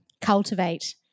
cultivate